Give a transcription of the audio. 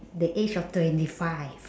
the age of twenty five